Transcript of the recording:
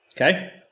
Okay